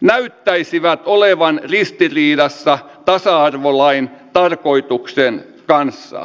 näyttäisivät olevan ristiriidassa tasa arvolain tarkoituksen kanssa